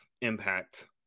impact